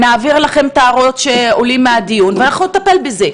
נעביר לכם את ההערות שעולות מהדיון ואנחנו נטפל בזה.